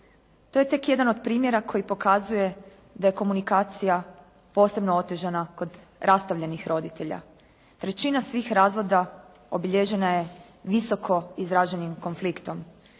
To je tek jedan od primjera koji pokazuje da je komunikacija posebno otežana kod rastavljenih roditelja. Trećina svih razvoda obilježena je visoko izraženim konfliktom.